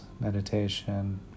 meditation